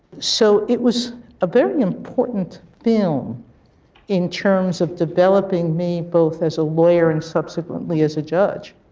so it was a very important film in terms of developing me both as a lawyer and subsequently as a judge.